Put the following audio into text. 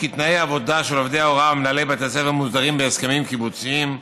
תנאי העבודה של עובדי ההוראה ומנהלי בתי הספר מוסדרים בהסכמים קיבוציים,